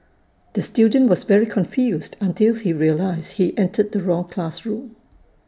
the student was very confused until he realised he entered the wrong classroom